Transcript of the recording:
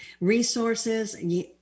resources